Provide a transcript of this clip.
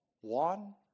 one